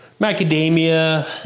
macadamia